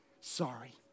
sorry